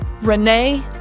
renee